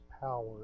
power